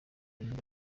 ibindi